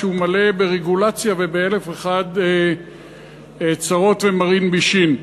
שהוא מלא ברגולציה ובאלף ואחת צרות ומרעין בישין.